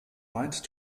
right